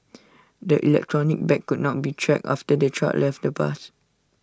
the electronic tag could not be tracked after the child left the bus